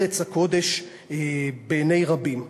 ארץ הקודש בעיני רבים.